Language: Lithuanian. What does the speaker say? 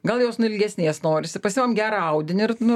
gal jos nu ilgesnės norisi pasiimam gerą audinį ir nu